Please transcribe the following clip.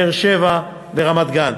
באר-שבע ורמת-גן.